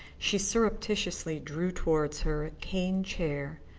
she surreptitiously drew towards her a cane chair,